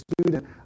student